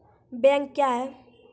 Bank क्या हैं?